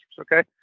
Okay